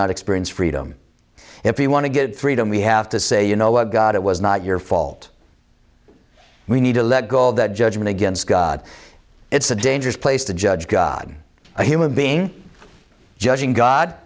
not experience freedom if you want to get three don't we have to say you know what god it was not your fault we need to let go of that judgment against god it's a dangerous place to judge god a human being judging god